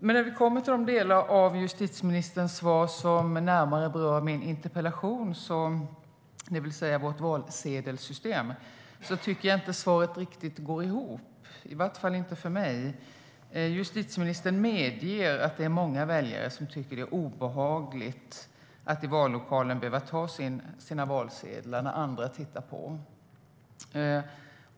Men när justitieministern kommer till det som närmare berör min interpellation, det vill säga vårt valsedelssystem, får i vart fall jag inte riktigt ihop svaret. Justitieministern medger att det är många väljare som tycker att det är obehagligt att i vallokalen behöva ta sina valsedlar när andra tittar på.